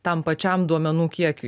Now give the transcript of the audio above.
tam pačiam duomenų kiekiui